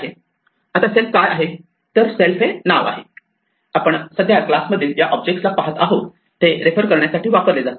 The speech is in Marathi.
आता सेल्फ काय आहे तर सेल्फ हे नाव आहे आपण सध्या क्लास मधील ज्या ऑब्जेक्टला पाहत आहोत ते रेफर करण्यासाठी वापरले जाते